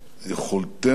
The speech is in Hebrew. ביכולתנו,